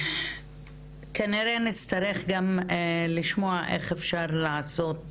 כנראה שנצטרך גם לשמוע איך אפשר לעשות,